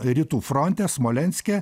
rytų fronte smolenske